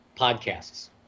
podcasts